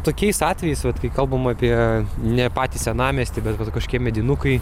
tokiais atvejais vat kai kalbam apie ne patį senamiestį bet vat kažkokie medinukai